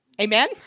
Amen